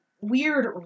weird